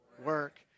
work